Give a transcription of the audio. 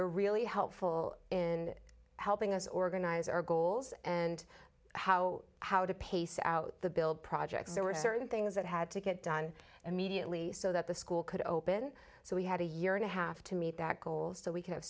were really helpful in helping us organize our goals and how how to pace out the build projects there were certain things that had to get done immediately so that the school could open so we had a year and a half to meet that goal so we could have